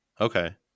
Okay